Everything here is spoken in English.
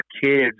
kids